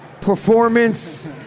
performance